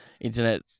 Internet